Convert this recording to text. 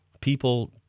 People